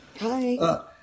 Hi